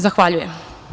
Zahvaljujem.